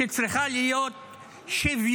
שצריכה להיות שוויונית.